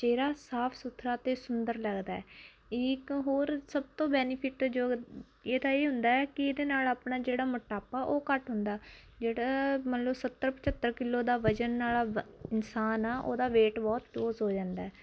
ਚਿਹਰਾ ਸਾਫ ਸੁਥਰਾ ਅਤੇ ਸੁੰਦਰ ਲੱਗਦਾ ਇਕ ਹੋਰ ਸਭ ਤੋਂ ਬੈਨੀਫਿਟ ਯੋਗ ਇਹਦਾ ਇਹ ਹੁੰਦਾ ਕਿ ਇਹਦੇ ਨਾਲ ਆਪਣਾ ਜਿਹੜਾ ਮੋਟਾਪਾ ਉਹ ਘੱਟ ਹੁੰਦਾ ਜਿਹੜਾ ਮੰਨ ਲਓ ਸੱਤਰ ਪਝੱਤਰ ਕਿਲੋ ਦਾ ਵਜਨ ਵਾਲਾ ਇਨਸਾਨ ਆ ਉਹਦਾ ਵੇਟ ਬਹੁਤ ਲੂਜ਼ ਹੋ ਜਾਂਦਾ